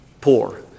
poor